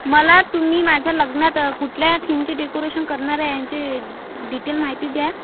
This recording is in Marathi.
मला तुम्ही माझ्या लग्नात कुठल्या थीमची डेकोरेशन करणार आहे याची डिटेल माहिती द्या